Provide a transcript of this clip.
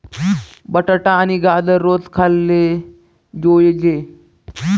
बटाटा आणि गाजर रोज खाल्ले जोयजे